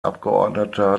abgeordneter